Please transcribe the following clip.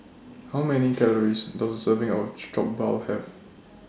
How Many Calories Does A Serving of Jokbal Have